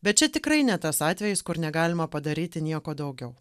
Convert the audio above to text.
bet čia tikrai ne tas atvejis kur negalima padaryti nieko daugiau